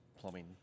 plumbing